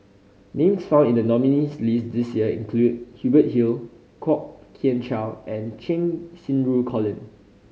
names found in the nominees' list this year include Hubert Hill Kwok Kian Chow and Cheng Xinru Colin